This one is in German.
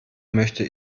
möchte